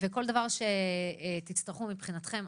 כל דבר שתצטרכו מבחינתכם,